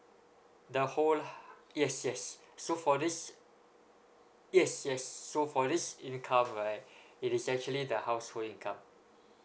the whole hou~ yes yes so for this yes yes so for this income right it is actually the household income